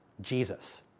Jesus